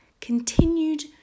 continued